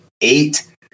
eight